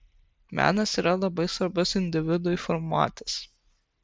menas yra labai svarbus individui formuotis